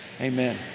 amen